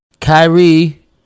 Kyrie